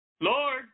Lord